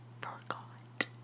forgot